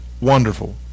wonderful